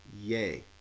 yay